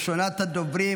ראשונת הדוברים,